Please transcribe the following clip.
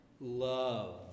love